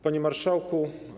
Panie Marszałku!